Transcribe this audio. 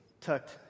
tucked